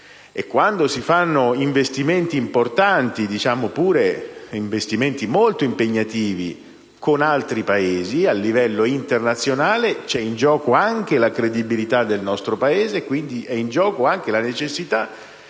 quando si fanno investimenti importanti, diciamo pure molto impegnativi, con altri Paesi, a livello internazionale, c'è in gioco anche la credibilità del nostro Paese e quindi è necessario che le verifiche